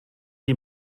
die